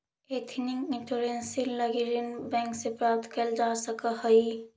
ethnic entrepreneurship लगी ऋण bank से प्राप्त कैल जा सकऽ हई